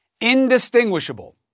Indistinguishable